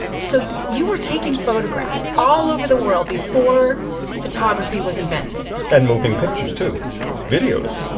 so you you were taking photographs all over the world before photography was invented and moving pictures to videos?